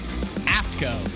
Aftco